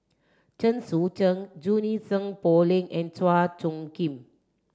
Chen Sucheng Junie Sng Poh Leng and Chua Phung Kim